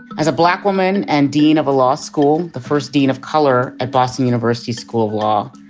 as a black woman and dean of a law school, the first dean of color at boston university school of law.